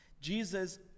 Jesus